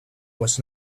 was